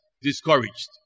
discouraged